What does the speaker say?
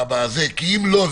כי אם לא ,